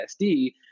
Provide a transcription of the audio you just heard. SD